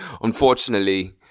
unfortunately